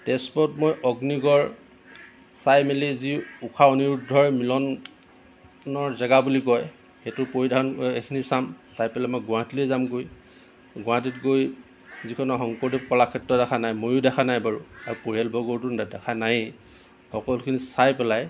তেজপুৰত মই অগ্নিগড় চাই মেলি যি ঊষা অনিৰুদ্ধৰ মিলনৰ জেগা বুলি কয় সেইটো পৰিধান সেইখিনি চাম চাই পেলাই মই গুৱাহাটীলৈ যামগৈ গুৱাহাটীত গৈ যিখন শংকৰদেৱ কলাক্ষেত্ৰ দেখা নাই ময়ো দেখা নাই বাৰু আৰু পৰিয়ালবৰ্গটোনো দেখা নাইয়েই সকলোখিনি চাই পেলাই